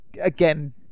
again